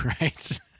Right